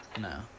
No